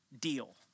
deal